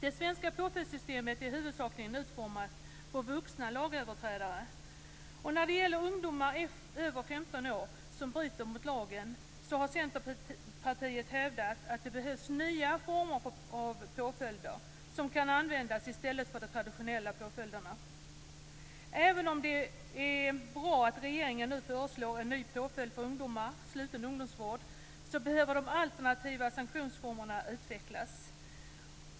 Det svenska påföljdssystemet är huvudsakligen utformat för vuxna lagöverträdare. När det gäller ungdomar över 15 år som bryter mot lagen har Centerpartiet hävdat att det behövs nya former av påföljder som kan användas i stället för de traditionella påföljderna. Även om det är bra att regeringen nu föreslår en ny påföljd för ungdomar, sluten ungdomsvård, behöver de alternativa sanktionsformerna utvecklas.